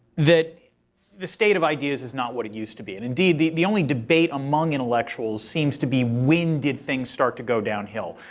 that the state of ideas is not what it used to be. and indeed, the the only debate among intellectuals seems to be when did things start to go downhill?